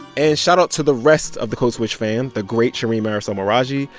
and shoutout to the rest of the code switch fam the great shereen marisol meraji,